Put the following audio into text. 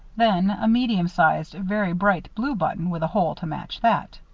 then a medium-sized very bright blue button with a hole to match that.